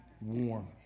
warm